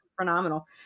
phenomenal